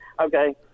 Okay